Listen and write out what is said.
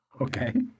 Okay